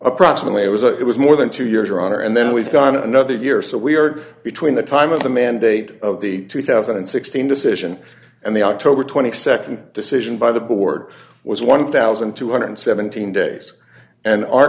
approximately it was a it was more than two years your honor and then we've done another year so we are between the time of the mandate of the two thousand and sixteen decision and the october nd decision by the board was one thousand two hundred and seventeen days and our